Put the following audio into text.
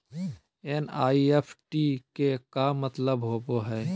NEFT के का मतलव होव हई?